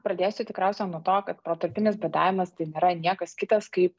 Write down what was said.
pradėsiu tikriausia nuo to kad protarpinis badavimas tai nėra niekas kitas kaip